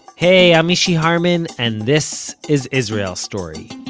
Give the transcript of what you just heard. hey, i'm mishy harman and this is israel story.